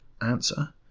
answer